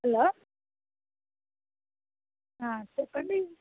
hello చెప్పండి